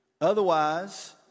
Otherwise